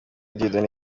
dieudonne